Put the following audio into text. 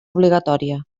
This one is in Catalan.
obligatòria